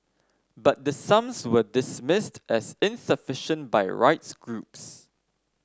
but the sums were dismissed as insufficient by rights groups